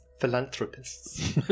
philanthropists